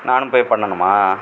நானும் போய் பண்ணணுமா